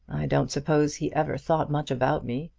don't suppose he ever thought much about me.